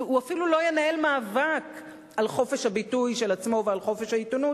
הוא אפילו לא ינהל מאבק על חופש הביטוי של עצמו ועל חופש העיתונות,